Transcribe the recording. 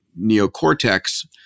neocortex